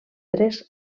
tres